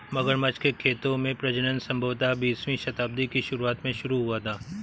मगरमच्छ के खेतों में प्रजनन संभवतः बीसवीं शताब्दी की शुरुआत में शुरू हुआ था